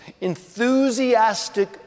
enthusiastic